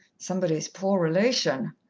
somebody's poor relation,